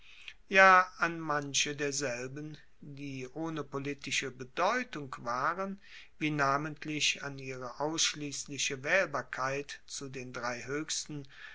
ja an manche derselben die ohne politische bedeutung waren wie namentlich an ihre ausschliessliche waehlbarkeit zu den drei hoechsten